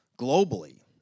globally